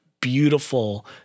beautiful